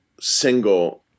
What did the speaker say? single